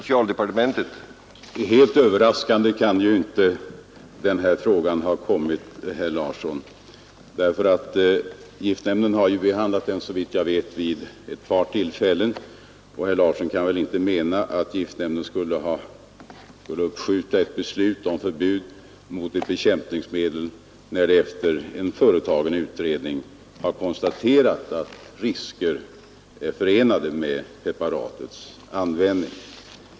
Herr talman! Helt överraskande kan ju inte det här förbudet ha kommit, herr Larsson i Staffanstorp, därför att giftnämnden har, såvitt jag vet, behandlat frågan vid ett par tillfällen. Och herr Larsson kan väl inte mena att giftnämnden skulle uppskjuta ett beslut om förbud mot bekämpningsmedel, när det efter företagen utredning har konstaterats att risker är förenade med preparatets användning.